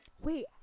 wait